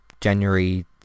January